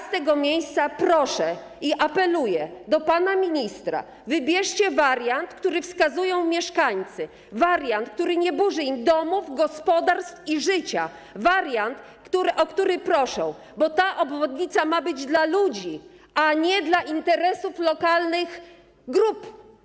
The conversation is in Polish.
Z tego miejsca proszę, apeluję do pana ministra: wybierzcie wariant, który wskazują mieszkańcy, wariant, który nie burzy im domów, gospodarstw i życia, wariant, o który proszą - bo ta obwodnica ma być dla ludzi, a nie dla interesów lokalnych grup.